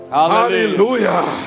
Hallelujah